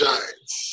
Giants